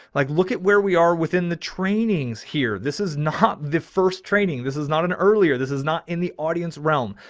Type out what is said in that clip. like, look at where we are within the trainings here. this is not the first training. this is not an earlier, this is not in the audience realm.